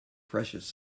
precious